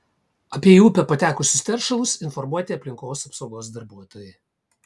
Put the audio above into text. apie į upę patekusius teršalus informuoti aplinkos apsaugos darbuotojai